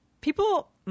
people